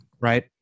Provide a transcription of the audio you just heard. right